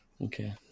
Okay